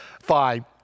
fine